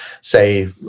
say